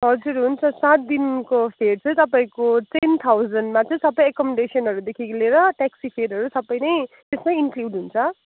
हजुर हुन्छ सात दिनको फेयर चाहिँ तपाईँको टेन थाउजन्डमा चाहिँ सबै एकोमोडेसनहरूदेखि लिएर ट्याक्सी फेयरहरू सबै नै त्यसमा इनक्ल्युड हुन्छ